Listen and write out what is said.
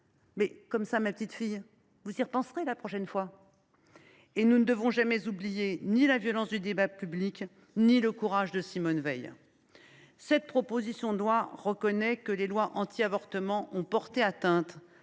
« comme ça, ma petite fille, vous vous en souviendrez la prochaine fois ». Nous ne devons jamais oublier ni la violence du débat politique ni le courage de Simone Veil. Cette proposition de loi reconnaît que les lois antiavortement ont porté atteinte